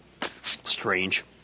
Strange